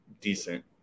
decent